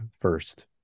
first